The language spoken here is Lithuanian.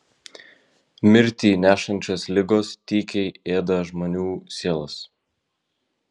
mirtį nešančios ligos tykiai ėda žmonių sielas